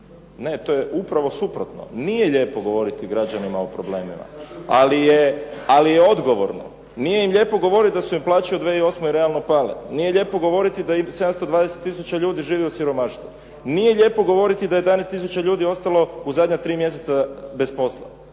Ne, to je upravo suprotno, nije lijepo govoriti građanima o problemima, ali je odgovorno. Nije im lijepo govoriti da su im plaće u 2008. realno palo, nije lijepo govoriti da im 720 tisuća ljudi živi u siromaštvu. Nije lijepo govoriti da je 11 tisuća ljudi ostalo u zadnja tri mjeseca bez posla.